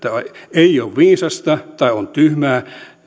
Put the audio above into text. ei ole viisasta tai on tyhmää